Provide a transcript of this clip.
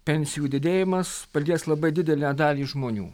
pensijų didėjimas palies labai didelę dalį žmonių